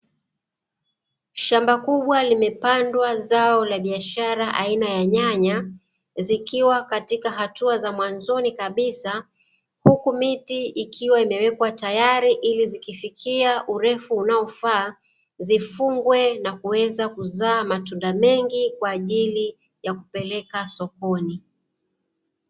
Shamba kubwa limepandwa zao la biashara aina ya nyanya zikiwa katika hatua za mwanzoni kabisa, huku miti ikiwa imewekwa tayari ili zikifikia urefu unaofaa zifungwe ili ziweze kuzaa matunda mengi ya kupeleka sokoni.